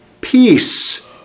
Peace